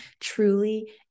truly